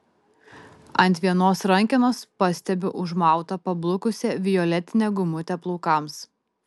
ant vienos rankenos pastebiu užmautą pablukusią violetinę gumutę plaukams